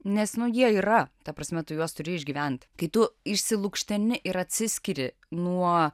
nes nu jie yra ta prasme tu juos turi išgyvent kai tu išsilukšteni ir atsiskiri nuo